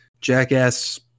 Jackass